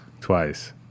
Twice